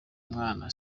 mwana